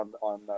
on